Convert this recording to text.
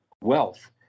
wealth